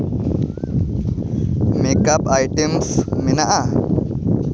makeup items ᱢᱮᱱᱟᱜᱼᱟ